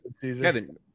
Kevin